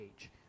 Age